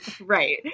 right